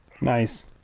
Nice